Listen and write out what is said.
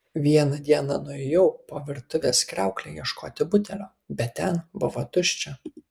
vieną dieną nuėjau po virtuvės kriaukle ieškoti butelio bet ten buvo tuščia